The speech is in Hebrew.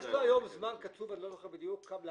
יש לו היום זמן קצוב, אני לא זוכר בדיוק כמה.